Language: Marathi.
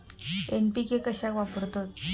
एन.पी.के कशाक वापरतत?